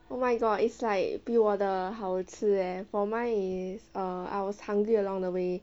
oh my god it's like 比我的好吃 leh for mine is err I was hungry along the way